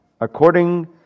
according